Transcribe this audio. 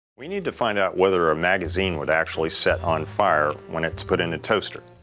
we need to find out whether a magazine would actually set on fire when it's put in a toaster.